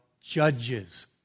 judges